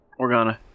Organa